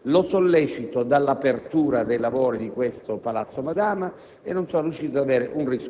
Sin dall'inizio della legislatura, mi sono permesso di chiedere una *par condicio* con la Camera dei deputati in ordine al